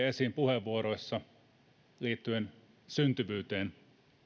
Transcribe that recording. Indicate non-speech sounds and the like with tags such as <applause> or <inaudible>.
<unintelligible> esiin puheenvuoroissa liittyen syntyvyyteen